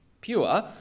pure